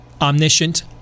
omniscient